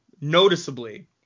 noticeably